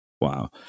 wow